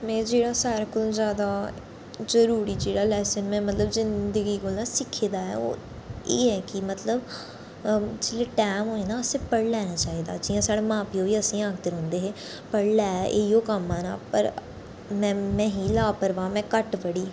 में जेह्ड़ा सारें कोलां ज्यादा जरूरी जेह्ड़ा लैसन में मतलब जिंदगी कोलां सिक्खे दा ऐ ओह् एह् ऐ कि मतलब जेल्लै टैम होए न असें पढ़ी लैना चाहिदा जियां साढ़ा मां प्यो असेंगी आखदे रौंह्दे हे पढ़ लै इयो कम्म आना पर में में ही लापरवाह् में घट्ट पढ़ी